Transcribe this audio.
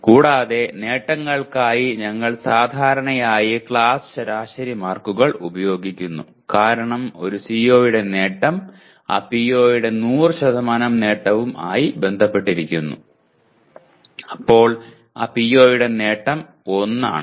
കൂടാതെ നേട്ടങ്ങൾക്കായി ഞങ്ങൾ സാധാരണയായി ക്ലാസ് ശരാശരി മാർക്കുകൾ ഉപയോഗിക്കുന്നു കാരണം ഒരു CO യുടെ നേട്ടം ആ PO യുടെ 100 നേട്ടവും ആയി ബന്ധപ്പെട്ടിരിക്കുന്നു അപ്പോൾ ആ PO യുടെ നേട്ടം 1 ആണ്